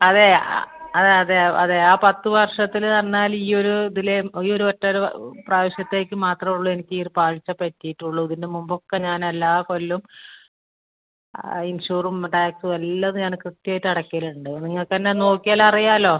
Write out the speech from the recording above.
അതെ ആ അതെ അതെ ആ പത്ത് വർഷത്തില് പറഞ്ഞാൽ ഈ ഒരു ഇതിലെ ഈയൊരൊറ്റ ഒരു പ്രാവശ്യത്തേക്ക് മാത്രമേ ഉള്ളു എനിക്ക് ഈയൊര് പാളിച്ച പറ്റിയിട്ടുള്ളു ഇതിന് മുമ്പൊക്കെ ഞാൻ എല്ലാ കൊല്ലവും ആ ഇൻഷൂറും ടാക്സും എല്ലാം ഞാൻ കൃത്യമായിട്ട് അടയ്ക്കലുണ്ട് നിങ്ങൾ തന്നെ നോക്കിയാൽ അറിയാമല്ലൊ